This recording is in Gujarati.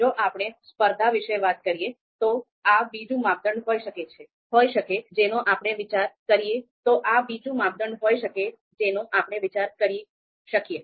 જો આપણે સ્પર્ધા વિશે વાત કરીએ તો આ બીજું માપદંડ હોઈ શકે જેનો આપણે વિચાર કરી શકીએ